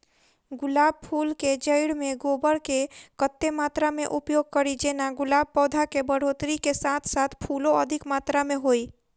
गुलाब फूल केँ जैड़ मे गोबर केँ कत्ते मात्रा मे उपयोग कड़ी जेना गुलाब पौधा केँ बढ़ोतरी केँ साथ साथ फूलो अधिक मात्रा मे होइ?